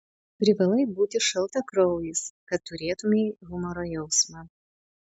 privalai būti šaltakraujis kad turėtumei humoro jausmą